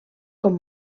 com